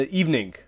evening